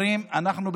ואומרים: אנחנו,